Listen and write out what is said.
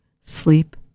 sleep